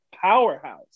powerhouse